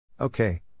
Okay